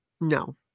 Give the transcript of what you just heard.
No